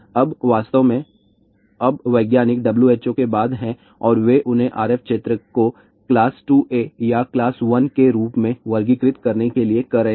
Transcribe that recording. अब वास्तव में अब वैज्ञानिक WHO के बाद हैं और वे उन्हें RF क्षेत्र को क्लास 2A या क्लास 1 के रूप में वर्गीकृत करने के लिए कह रहे हैं